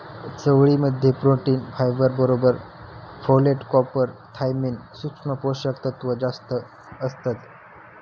चवळी मध्ये protein, fibre बरोबर फोलेट, कॉपर, थायमिन, सुक्ष्म पोषक तत्त्व जास्तं असतत